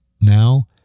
Now